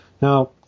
Now